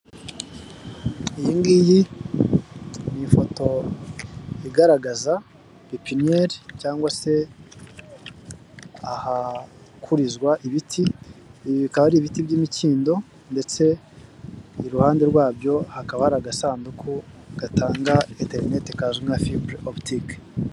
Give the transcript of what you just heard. Iyi ngiyi ni foto igaragaza pepiniyeri cyangwa se ahakurizwa ibiti, ibi bikaba ari ibiti by'imikindo ndetse iruhande rwabyo hakaba hari agasanduku gatanga interineti kazwi nka fibure oputike.